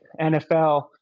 NFL